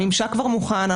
הממשק כבר מוכן,